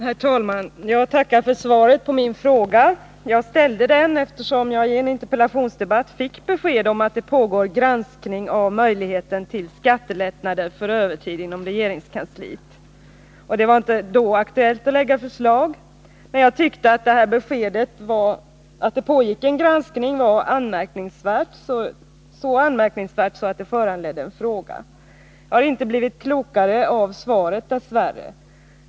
Herr talman! Jag tackar för svaret på min fråga. Jag ställde den eftersom jag i en interpellationsdebatt fick besked om att det inom regeringskansliet pågår granskning, av möjligheten till skattelättnader för övertidsarbete. Det var då inte aktuellt att framlägga något förslag, men jag tyckte att beskedet att det pågick en granskning var så anmärkningsvärt att det föranledde en fråga. Jag har dess värre inte blivit klokare av det svar jag fått i dag.